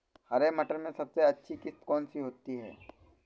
हरे मटर में सबसे अच्छी किश्त कौन सी होती है?